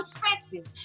perspective